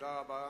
תודה רבה.